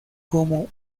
como